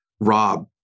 Rob